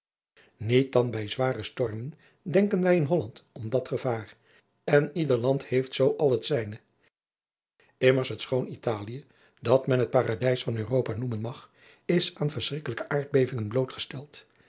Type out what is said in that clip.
niet dan bij zware stormen denken wij in holland om dat gevaar en ieder land heeft al zoo het zijne immers het schoon italie dat men het paradijs van europa noemen mag is aan verschrikkelijke aardbevingen blootgesteld